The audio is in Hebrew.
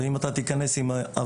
ואם אתה תיכנס עם אבוקה,